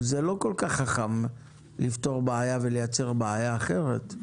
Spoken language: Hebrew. זה לא כל כך חכם לפתור בעיה ולייצר בעיה אחרת.